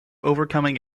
overcoming